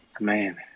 Man